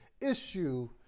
issue